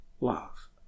love